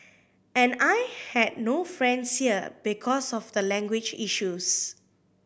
and I had no friends here because of the language issues